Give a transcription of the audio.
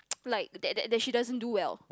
like that that she doesn't do well